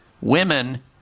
women